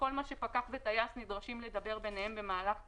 כל מה שפקח וטייס נדרשים לדבר ביניהם במהלך טיסה.